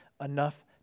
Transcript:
enough